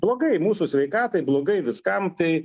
blogai mūsų sveikatai blogai viskam tai